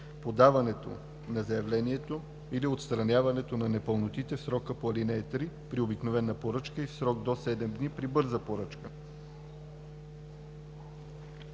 подаването на заявлението или от отстраняването на непълнотите в сроковете по ал. 3 при обикновена поръчка и в срок до 7 дни при бърза поръчка.“